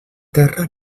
terra